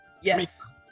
Yes